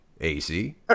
AC